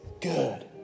Good